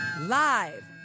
Live